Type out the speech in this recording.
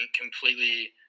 completely